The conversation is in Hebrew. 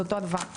זה אותו הדבר,